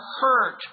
hurt